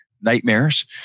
nightmares